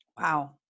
Wow